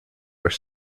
are